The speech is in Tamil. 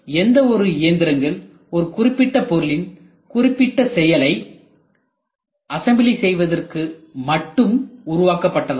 இந்த எந்திரங்கள் ஒரு குறிப்பிட்ட பொருளின் குறிப்பிட்ட செயலை அசம்பிளி செய்வதற்கு மட்டும் உருவாக்கப்பட்டதாகும்